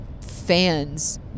fans